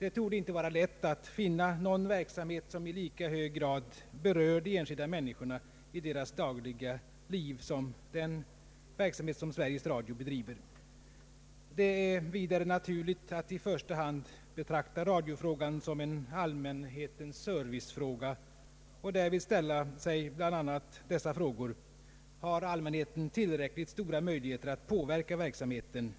Det torde inte vara lätt att finna någon verksamhet som i lika hög grad berör de enskilda människorna i deras dagliga liv som den verksamhet Sveriges Radio bedriver. Det är därför naturligt att i första hand betrakta radiofrågan som en allmänhetens servicefråga och därvid ställa sig bl.a. dessa frågor: Har allmänheten tillräckligt stora möjligheter att påverka verksamheten?